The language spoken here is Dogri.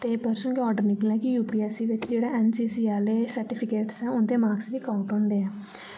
ते परसु गे आर्डर निकलेआ कि U P S C C बिच्च जेह्ड़ा एन सी सी आह्ले सर्टीफिकेट्स ऐ ओह्दे मार्क्स बी काउंट होंदे